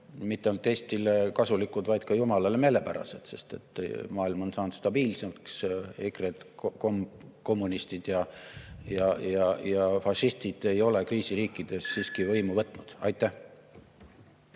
ainult Eestile kasulikud, vaid ka jumalale meelepärased, sest maailm on saanud stabiilsemaks, EKRE-d, kommunistid ja fašistid ei ole kriisiriikides siiski võimu võtnud. Aitäh!